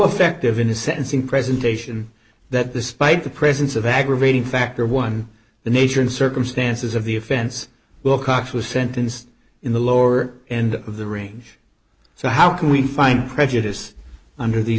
effective in the sentencing presentation that despite the presence of aggravating factor one the nature and circumstances of the offense wilcox was sentenced in the lower end of the range so how can we find prejudiced under these